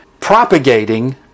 propagating